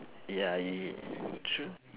ya you true